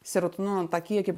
serotonino tą kiekį